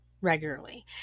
regularly